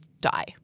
die